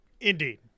Indeed